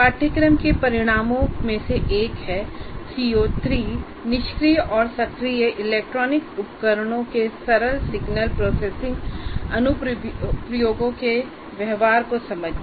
पाठ्यक्रम के परिणामों में से एक है CO3 निष्क्रिय और सक्रिय इलेक्ट्रॉनिक उपकरणों के सरल सिग्नल प्रोसेसिंग अनुप्रयोगों के व्यवहार को समझना